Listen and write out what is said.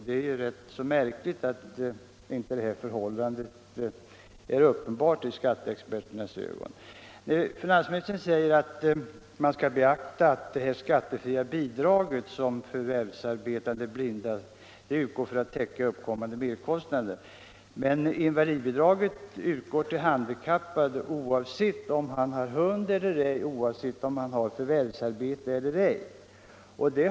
Det är märkligt att det här förhållandet inte är uppenbart i skatteexperternas ögon. Finansministern säger att man skall beakta att det skattefria bidrag, som förvärvsarbetande blinda får, utgår för att täcka uppkommande merkostnader. Men invaliditetsbidraget utgår till handikappad oavsett om han har hund eller ej och oavsett om han har förvärvsarbete eller ej.